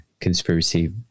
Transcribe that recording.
conspiracy